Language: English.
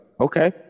okay